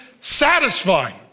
satisfying